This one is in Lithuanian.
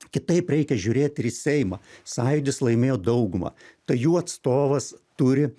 kitaip reikia žiūrėt ir į seimą sąjūdis laimėjo daugumą tai jų atstovas turi